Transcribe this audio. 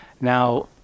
Now